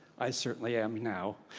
i certainly am now.